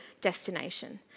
destination